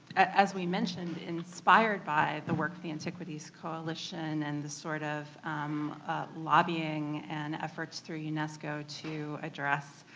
as we mentioned inspired by the work the antiquities coalition and the sort of lobbying and efforts through unesco to address